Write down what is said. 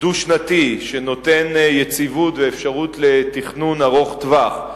דו-שנתי שנותן יציבות ואפשרות לתכנון ארוך טווח,